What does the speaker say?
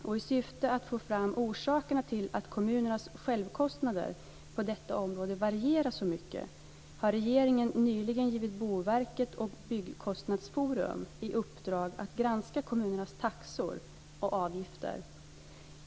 I syfte att få fram orsakerna till att kommunernas självkostnader på detta område varierar så mycket har regeringen nyligen givit Boverket och Byggkostnadsforum i uppdrag att granska kommunernas taxor och avgifter.